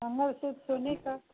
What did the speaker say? मंगलसूत्र सोने का